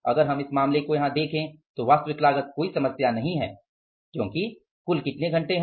अगर हम इस मामले को यहाँ देखें तो वास्तविक लागत कोई समस्या नहीं है क्योंकि कुल कितने घंटे हैं